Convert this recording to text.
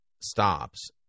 stops